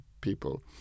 people